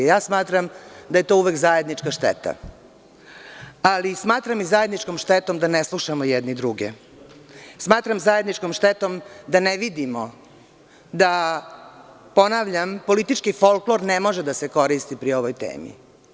Smatram da je to uvek zajednička šteta, ali smatram i zajedničkom štetom da ne slušamo jedni druge, smatram zajedničkom štetom da ne vidimo, ponavljam, politički folklor ne može da se koristi pri ovoj temi.